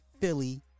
Philly